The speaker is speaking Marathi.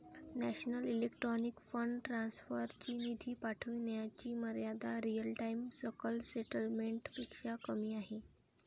नॅशनल इलेक्ट्रॉनिक फंड ट्रान्सफर ची निधी पाठविण्याची मर्यादा रिअल टाइम सकल सेटलमेंट पेक्षा कमी आहे